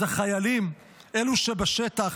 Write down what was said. אז החיילים, אלו שבשטח,